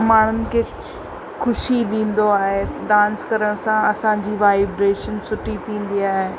माण्हुनि खे ख़ुशी ॾींदो आहे डांस करण सां असांजी वाइब्रेशन सुठी थींदी आहे